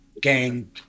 gang